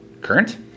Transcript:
current